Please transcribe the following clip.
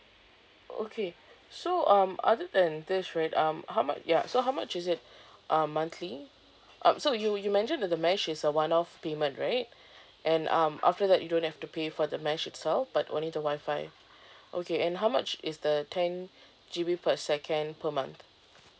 okay so um other than this right um how much ya so how much is it uh monthly um so you you mention that the mesh is a one off payment right and um after that you don't have to pay for the mesh itself but only the WIFI okay and how much is the ten G_B per second per month